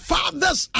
Fathers